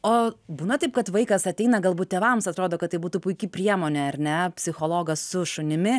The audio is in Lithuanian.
o būna taip kad vaikas ateina galbūt tėvams atrodo kad tai būtų puiki priemonė ar ne psichologas su šunimi